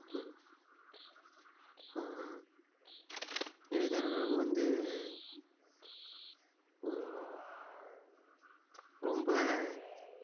இடைத்தரகர்கள் வந்து ரொம்ப